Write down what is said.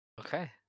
Okay